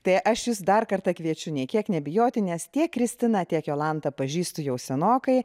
tai aš jus dar kartą kviečiu nė kiek nebijoti nes tiek kristiną tiek jolantą pažįstu jau senokai